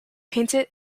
painted